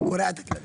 כלומר